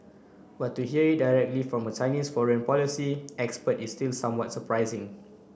but to hear it directly from a Chinese foreign policy expert is still somewhat surprising